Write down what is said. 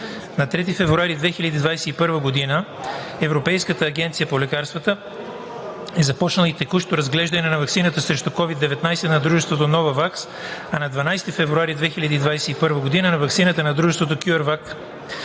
На 3 февруари 2021 г. Европейската агенция по лекарства е започнала и текущо разглеждане на ваксина срещу COVID-19 на дружеството Novavax, а на 12 февруари 2021 г. – на ваксина на дружеството CureVac.